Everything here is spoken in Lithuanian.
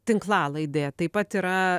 tinklalaidė taip pat yra